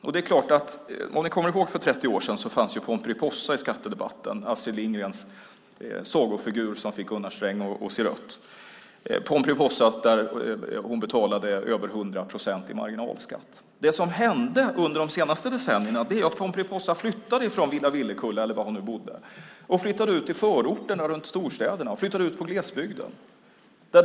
Ni kanske kommer ihåg att Pomperipossa fanns med i skattedebatten för 30 år sedan - Astrid Lindgrens sagofigur som fick Gunnar Sträng att se rött. Pomperipossa betalade över 100 procent i marginalskatt. Det som hände under de senaste decennierna var att Pomperipossa flyttade från Villa Villekulla, eller var hon nu bodde, ut till förorterna runt storstäderna och till glesbygden.